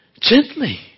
gently